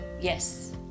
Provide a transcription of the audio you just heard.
Yes